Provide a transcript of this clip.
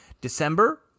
December